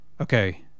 Okay